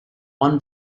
one